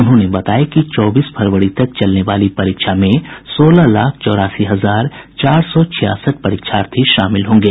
उन्होंने बताया कि चौबीस फरवरी तक चलने वाली परीक्षा में सोलह लाख चौरासी हजार चार सौ छियासठ परीक्षार्थी शामिल होंगे